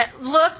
look